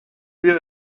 wir